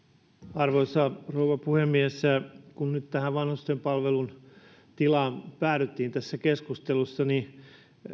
arvoisa rouva puhemies kun nyt vanhustenpalvelun tilaan päädyttiin tässä keskustelussa niin